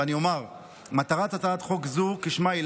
ואני אומר שמטרת הצעת חוק זו כשמה כן היא,